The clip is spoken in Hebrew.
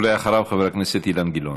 בבקשה, ואחריו, חבר כנסת אילן גילאון.